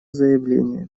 заявление